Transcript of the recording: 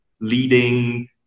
leading